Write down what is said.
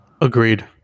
Agreed